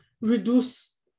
reduce